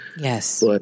Yes